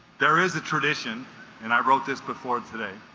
there is a tradition and i wrote this before today